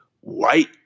white